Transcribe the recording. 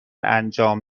انجام